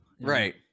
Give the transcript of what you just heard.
right